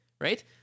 right